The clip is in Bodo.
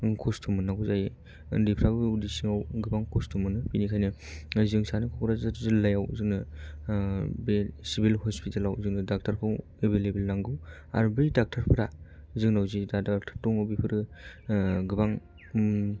खस्थ' मोननांगौ जायो उन्दैफ्राबो उदै सिङाव गोबां खस्थ' मोनो बिनिखायनो जों सानो क'क्राझार जिल्लायाव जोनो बे सिबिल हस्पिटालाव जोङो डाक्टार खौ एबेलेबेल नांगौ आरो बै डाक्टार फोरा जोंनाव जे डाक्टार दङ बेफोरो गोबां